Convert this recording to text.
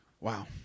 Wow